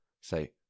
Say